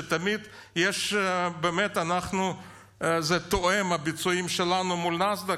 כשתמיד באמת הביצועים שלנו תואמים מול נאסד"ק,